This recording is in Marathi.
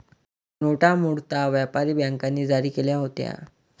नोटा मूळतः व्यापारी बँकांनी जारी केल्या होत्या